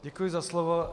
Děkuji za slovo.